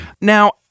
now